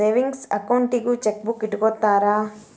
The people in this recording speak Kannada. ಸೇವಿಂಗ್ಸ್ ಅಕೌಂಟಿಗೂ ಚೆಕ್ಬೂಕ್ ಇಟ್ಟ್ಕೊತ್ತರ